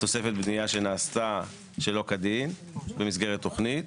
תוספת בניה שנעשתה שלא כדין במסגרת תוכנית.